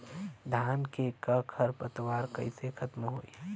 धान में क खर पतवार कईसे खत्म होई?